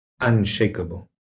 unshakable